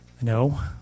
No